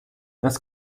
das